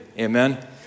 amen